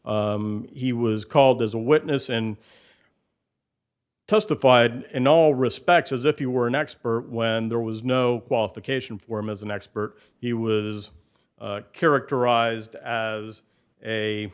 else he was called as a witness and testified in all respects as if you were an expert when there was no qualification for him as an expert he was characterized as a